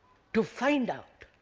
to find out?